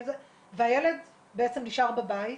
והילד בעצם נשאר בבית.